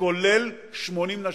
כולל 80 נשים.